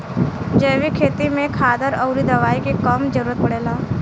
जैविक खेती में खादर अउरी दवाई के कम जरूरत पड़ेला